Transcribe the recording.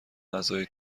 اعضای